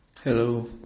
hello